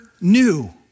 new